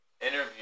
interview